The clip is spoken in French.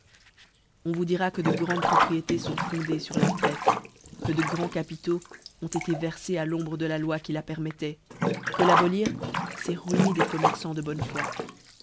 on vous dira qtie de grandes propriétés font fondées fur la traite que de grands capitaux ont été verfés à l'ombre de la loi qui la permettoit que l'abolir c'cil ruiner des commerçans de bonne foi